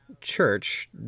church